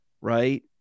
right